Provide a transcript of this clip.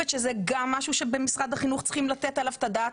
שזה גם משהו שבמשרד החינוך צריכים לתת עליו את הדעת.